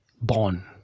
born